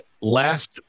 last